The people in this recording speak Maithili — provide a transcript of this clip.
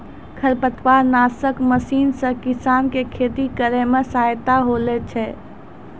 खरपतवार नासक मशीन से किसान के खेती करै मे सहायता होलै छै